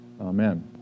Amen